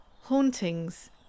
hauntings